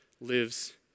Lives